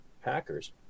hackers